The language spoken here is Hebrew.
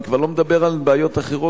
אני כבר לא מדבר על בעיות אחרות,